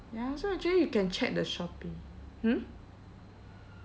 ya so actually you can check the Shopee hmm